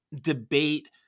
debate